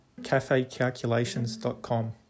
cafecalculations.com